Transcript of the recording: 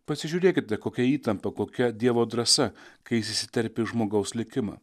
pasižiūrėkite kokia įtampa kokia dievo drąsa kai jis įsiterpia į žmogaus likimą